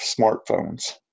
smartphones